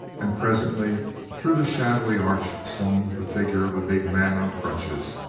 and presently through the shadowy arch swung the figure of a big man on crutches,